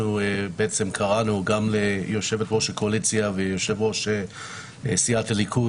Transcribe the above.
קראנו גם ליושבת ראש הקואליציה ויושב ראש סיעת הליכוד